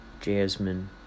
Jasmine